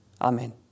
Amen